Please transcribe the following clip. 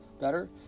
better